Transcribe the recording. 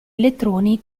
elettroni